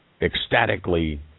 ecstatically